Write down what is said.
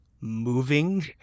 moving